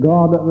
God